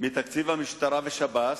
שקלים מתקציב המשטרה והשב"ס,